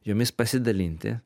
jomis pasidalinti